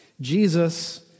Jesus